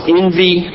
envy